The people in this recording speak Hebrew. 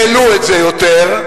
העלו את זה יותר,